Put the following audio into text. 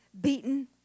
beaten